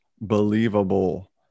believable